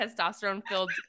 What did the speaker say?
testosterone-filled